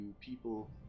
people